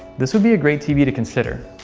this would be a great tv to consider.